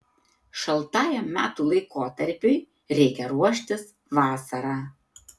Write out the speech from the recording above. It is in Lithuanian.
šaltajam metų laikotarpiui reikia ruoštis vasarą